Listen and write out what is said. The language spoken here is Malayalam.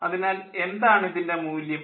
അതിനാൽ എന്താണ് ഇതിൻ്റെ മൂല്യം